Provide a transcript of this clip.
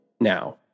now